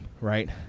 right